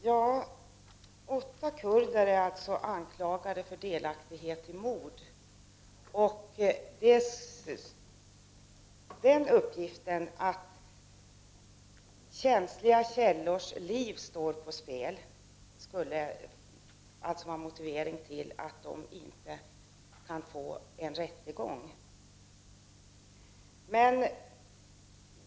Herr talman! Åtta kurder är anklagade för delaktighet i mord. Det faktum att livet står på spel för källor till känsliga uppgifter skulle alltså vara motive ring till att dessa kurder inte kan få en rättegång.